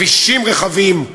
כבישים רחבים.